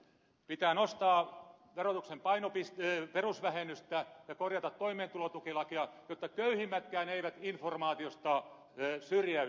pitää nostaa verotuksen perusvähennystä ja korjata toimeentulotukilakia jotta köyhimmätkään eivät informaatiosta syrjäydy